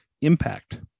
Impact